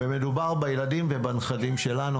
מדובר בילדים ובנכדים שלנו,